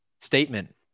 statement